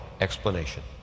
explanation